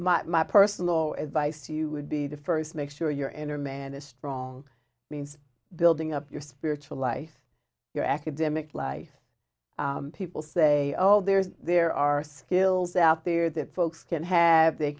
well my personal advice you would be the first make sure your inner man is strong means building up your spiritual life your academic life people say oh there's there are skills out there that folks can have they